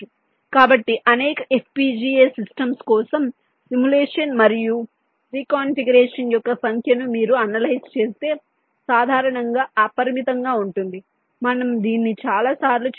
కాబట్టి అనేక FPGA systems కోసం సిములేషన్ మరియు రెకాన్ఫిగరేషన్ యొక్క సంఖ్యను మీరు అనలైజ్ చేస్తే సాధారణంగా అపరిమితంగా ఉంటుంది మనం దీన్ని చాలాసార్లు చేయవచ్చు